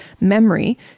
memory